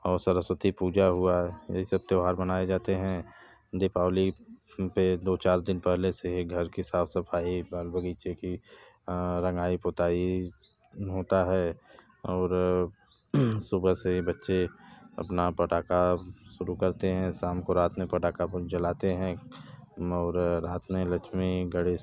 और सरस्वती पूजा हुआ यही सब त्यौहार मनाए जाते हैं दीपावली पर दो चार दिन पहले से ही घर की साफ़ सफ़ाई बाग़ बग़ीचे की रंगाई पोताई होती है और सुबह से ही बच्चे अपना पटाका शुरू करते हैं शाम को रात में पटाके ख़ूब जलाते हैं और रात में लक्ष्मी गणेश